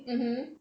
mmhmm